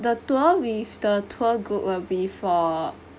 the tour with the tour group will be for